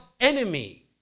enemy